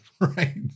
Right